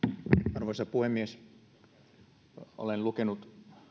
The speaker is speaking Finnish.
arvoisa puhemies olen lukenut